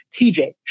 TJ